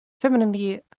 femininity